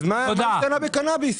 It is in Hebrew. מה שונה בקנאביס?